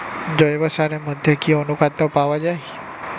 জৈব সারের মধ্যে কি অনুখাদ্য পাওয়া যায়?